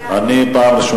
פעם שנייה היום.